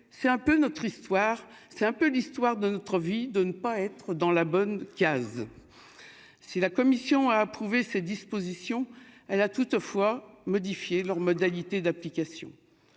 c'est un peu notre histoire, c'est un peu l'histoire de notre vie, de ne pas être dans la bonne case si la commission a approuvé ces dispositions, elle a toutefois modifié leurs modalités d'application,